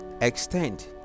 extend